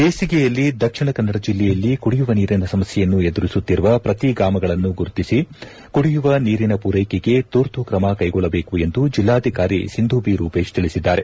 ಬೇಸಿಗೆಯಲ್ಲಿ ದಕ್ಷಿಣ ಕನ್ನಡ ಜಿಲ್ಲೆಯಲ್ಲಿ ಕುಡಿಯವ ನೀರಿನ ಸಮಸ್ಥೆಯನ್ನು ಎದುರಿಸುತ್ತಿರುವ ಪ್ರತಿ ಗ್ರಾಮಗಳನ್ನು ಗಮನಿಸಿ ಕುಡಿಯುವ ನೀರಿನ ಪೂರೈಕೆಗೆ ತುರ್ತು ಕ್ರಮ ಕೈಗೊಳ್ಳಬೇಕು ಎಂದು ಜಿಲ್ಲಾಧಿಕಾರಿ ಸಿಂಧೂ ಬಿ ರೂಪೇಶ್ ಸೂಚಿಸಿದ್ದಾರೆ